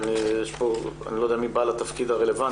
יש כאן רשימת משתתפים ואני לא יודע מי בעל התפקיד הרלוונטי.